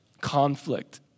conflict